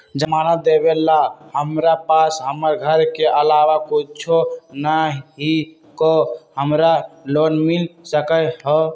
जमानत देवेला हमरा पास हमर घर के अलावा कुछो न ही का हमरा लोन मिल सकई ह?